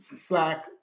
Slack